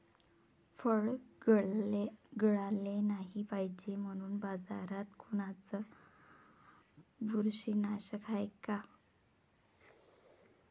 फळं गळाले नाही पायजे म्हनून बाजारात कोनचं बुरशीनाशक हाय?